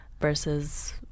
versus